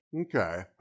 okay